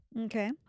Okay